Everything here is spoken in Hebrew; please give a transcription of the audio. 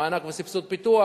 מענק וסבסוד פיתוח,